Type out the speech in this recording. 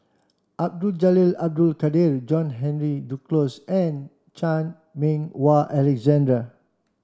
Abdul Jalil Abdul Kadir John Henry Duclos and Chan Meng Wah Alexander